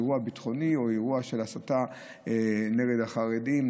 אירוע ביטחוני או אירוע של הסתה נגד החרדים,